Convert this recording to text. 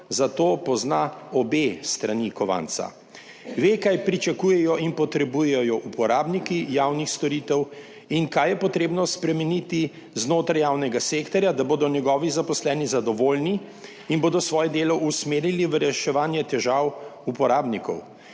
Zato pozna obe strani kovanca, ve, kaj pričakujejo in potrebujejo uporabniki javnih storitev in kaj je potrebno spremeniti znotraj javnega sektorja, da bodo njegovi zaposleni zadovoljni in bodo svoje delo usmerili v reševanje težav uporabnikov.